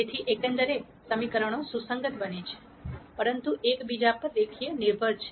તેથી એકંદરે સમીકરણો સુસંગત બને છે પરંતુ એક બીજા પર રેખીય નિર્ભર છે